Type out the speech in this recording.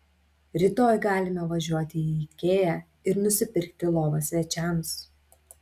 rytoj galime važiuoti į ikea ir nusipirkti lovą svečiams